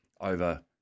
over